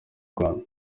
rwanda